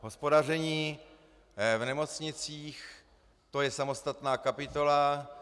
Hospodaření v nemocnicích, to je samostatná kapitola.